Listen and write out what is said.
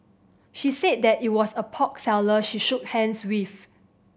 she said that it was a pork seller she shook hands with